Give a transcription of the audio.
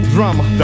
Drama